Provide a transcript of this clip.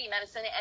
medicine